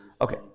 Okay